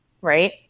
right